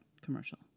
commercial